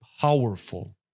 powerful